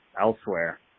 elsewhere